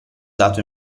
dato